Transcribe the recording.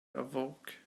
awoke